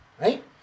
Right